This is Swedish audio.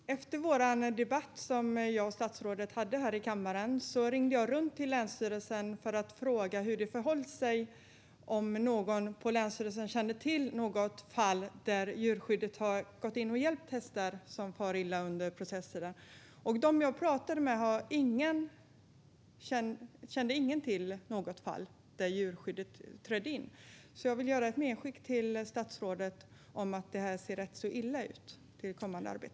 Herr talman! Efter vår debatt som jag och statsrådet hade i kammaren ringde jag runt hos länsstyrelsen för att fråga hur det förhåller sig, om någon på länsstyrelsen kände till något fall där djurskyddet har hjälpt hästar som far illa under processerna. Av dem jag pratade med kände ingen till något fall där djurskyddet trädde in. Jag vill göra ett medskick till statsrådet till det kommande arbetet om att det ser illa ut.